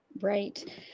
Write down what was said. Right